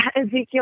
Ezekiel